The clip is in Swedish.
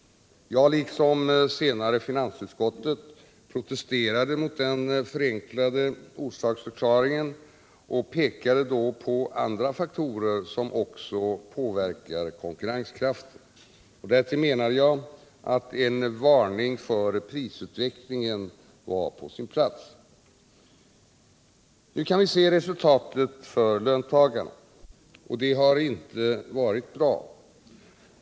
Jag, liksom senare finansutskottet, protesterade mot den förenklade orsaksförklaringen och pekade på andra faktorer som också påverkar konkurrenskraften. Därtill menade jag att en varning för prisutvecklingen var på sin plats. Nu kan vi se resultatet för löntagarna. Det har inte varit bra.